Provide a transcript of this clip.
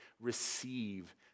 receive